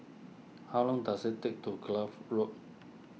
how long does it take to Kloof Road